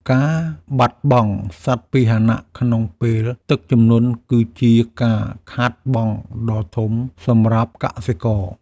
ការបាត់បង់សត្វពាហនៈក្នុងពេលទឹកជំនន់គឺជាការខាតបង់ដ៏ធំសម្រាប់កសិករ។